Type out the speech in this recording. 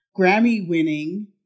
Grammy-winning